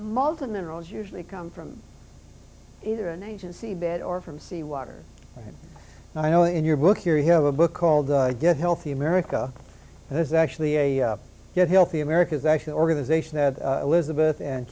modern minerals usually come from either an agency bed or from seawater and i know in your book here you have a book called good healthy america and there's actually a good healthy americans actually organization that elizabeth and